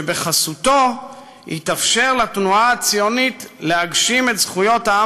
שבחסותו יתאפשר לתנועה הציונית להגשים את זכויות עם